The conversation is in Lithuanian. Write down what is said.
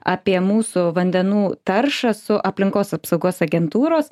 apie mūsų vandenų taršą su aplinkos apsaugos agentūros